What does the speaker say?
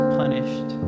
punished